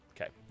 Okay